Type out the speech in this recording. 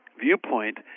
viewpoint